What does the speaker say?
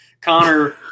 Connor